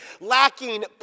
lacking